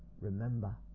Remember